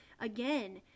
Again